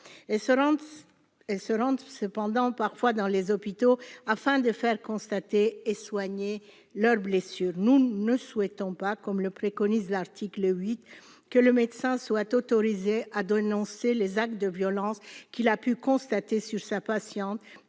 se rendent cependant parfois dans les hôpitaux afin de faire constater et soigner leurs blessures, nous ne souhaitons pas comme le préconise l'article 8 que le médecin soit autorisé à donne lancer les actes de violence qu'il a pu constater sur sa patiente